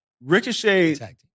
Ricochet